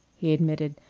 he admitted.